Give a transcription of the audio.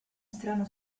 strano